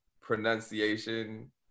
pronunciation